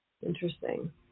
Interesting